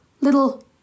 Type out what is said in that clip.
little